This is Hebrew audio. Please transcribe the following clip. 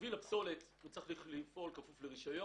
מוביל הפסולת צריך לפעול כפוף לרישיון.